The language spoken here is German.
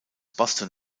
boston